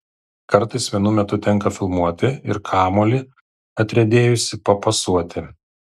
kartais vienu metu tenka filmuoti ir kamuolį atriedėjusį papasuoti